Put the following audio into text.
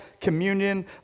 communion